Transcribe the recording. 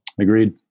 Agreed